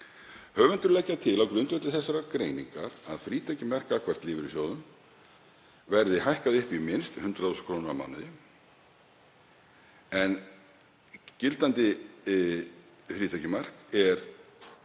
Höfundar leggja til á grundvelli þessarar greiningar að frítekjumark gagnvart lífeyrissjóðum verði hækkað upp í minnst 100.000 kr. á mánuði en gildandi frítekjumark er